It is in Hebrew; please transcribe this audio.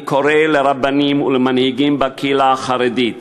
אני קורא לרבנים ולמנהיגים בקהילה החרדית: